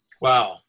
Wow